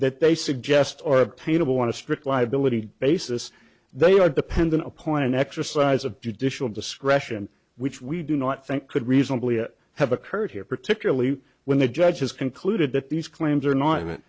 that they suggest or obtainable want to strict liability basis they are dependent upon an exercise of judicial discretion which we do not think could reasonably have occurred here particularly when the judge has concluded that these claims are not